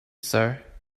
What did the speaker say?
sir